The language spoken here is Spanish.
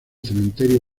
cementerio